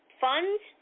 funds